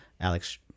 Alex